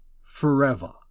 forever